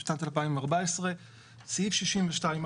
החל משנת 2014 סעיף 62א,